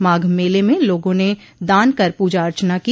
माघ मेले में लोगों ने दान कर पूजा अर्चना की